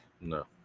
No